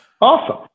Awesome